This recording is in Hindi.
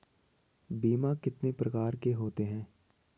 बीमा कितने प्रकार के होते हैं?